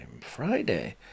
Friday